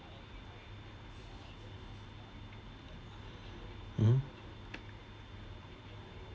mmhmm